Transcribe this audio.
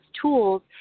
tools